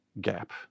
gap